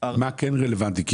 מה כן רלוונטי?